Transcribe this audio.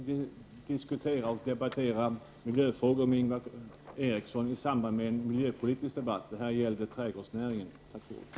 Herr talman! Jag skall gärna diskutera miljöfrågor med Ingvar Eriksson i samband med en miljöpolitisk debatt. Det här gällde trädgårdsnäringen. Tack för ordet!